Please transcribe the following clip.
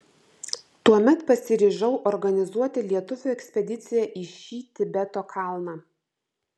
tuomet pasiryžau organizuoti lietuvių ekspediciją į šį tibeto kalną